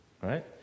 Right